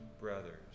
brothers